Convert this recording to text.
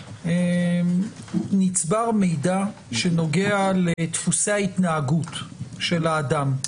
נצבר מידע שנוגע לדפוסי ההתנהגות של האדם,